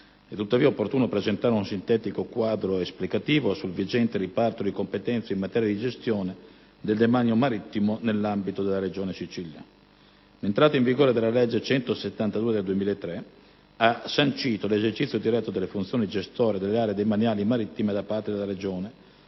È tuttavia opportuno presentare un sintetico quadro esplicativo sul vigente riparto di competenze in materia di gestione del demanio marittimo nell'ambito della Regione Siciliana. L'entrata in vigore della legge n. 172 del 2003 ha sancito l'esercizio diretto delle funzioni gestorie delle aree demaniali marittime da parte della Regione,